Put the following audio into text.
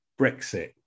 Brexit